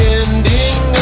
ending